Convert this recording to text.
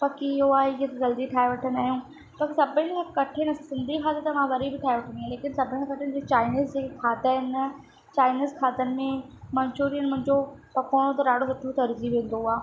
बाक़ी इहो आहे की जल्दी ठाहे वठंदा आहियूं बाक़ी सभिनि खां कठिन असां सिंधी खाधो त मां वरी बि ठाहे वठंदी आहियां लेकिन सभिनि खां कठिन चाईनीज़ जेके खाधा आहिनि न चाईनीज़ खाधनि में मंचूरियन मुंहिंजो पकोड़ो त ॾाढो सुठो तरिजी वेंदो आहे